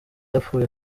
yapfuye